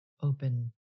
open